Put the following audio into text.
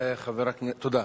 תודה.